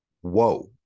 whoa